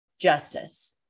justice